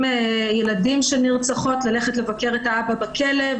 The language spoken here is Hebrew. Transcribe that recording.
ילדים של נרצחות ללכת לבקר את האבא בכלא,